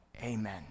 Amen